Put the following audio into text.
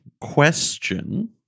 question